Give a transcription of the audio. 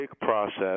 process